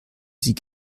sie